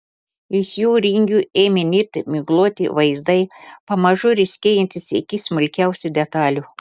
iš jų ringių ėmė nirti migloti vaizdai pamažu ryškėjantys iki smulkiausių detalių